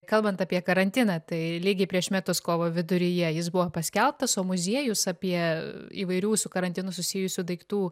kalbant apie karantiną tai lygiai prieš metus kovo viduryje jis buvo paskelbtas o muziejus apie įvairių su karantinu susijusių daiktų